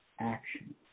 action